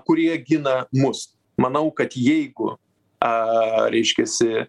kurie gina mus manau kad jeigu a reiškiasi